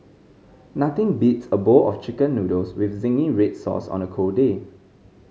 nothing beats a bowl of Chicken Noodles with zingy red sauce on a cold day